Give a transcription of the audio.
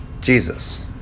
Jesus